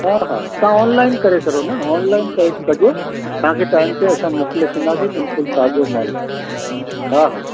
हा हा तव्हां ऑनलाइन करे छॾो न ऑनलाइन करे कजो तव्हांखे टाइम ते असां मोकिले छॾंदासीं बिल्कुलु ताज़ो माल हा हा